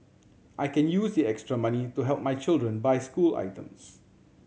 I can use the extra money to help my children buy school items